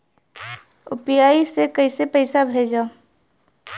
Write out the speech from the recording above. UPI से कईसे पैसा भेजब?